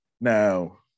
Now